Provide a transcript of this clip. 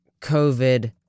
COVID